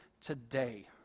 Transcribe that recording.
today